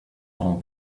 all